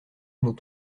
nos